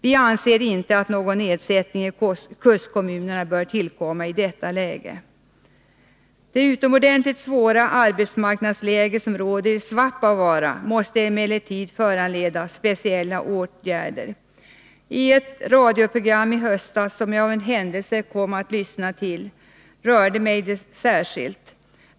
Vi anser inte att någon nedsättning i kustkommunerna bör tillkomma i detta läge. Det utomordentligt svåra arbetsmarknadsläge som råder i Svappavaara måste emellertid föranleda speciella åtgärder. Ett radioprogram i höstas, som jag av en händelse kom att lyssna på, rörde mig särskilt mycket.